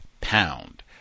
pound